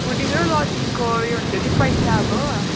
fooding र लजिङको उयो हुन्छ नि पैसा अब